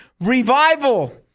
revival